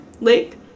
lake